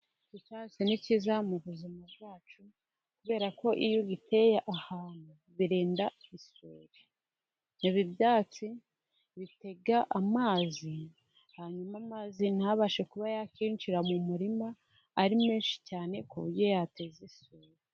Icyatsi ni kiza mu buzima bwacu kubera ko iyo giteye ahantu birinda isuri, ibi byatsi bitega amazi hanyuma amazi ntabashe kuba yakwinjira mu murima ari menshi cyane ku buryo yateza isu.